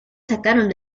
sacaron